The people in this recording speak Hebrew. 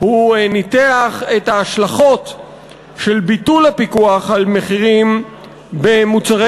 הוא ניתח את ההשלכות של ביטול הפיקוח על מחירים של מוצרי